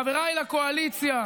חבריי לקואליציה,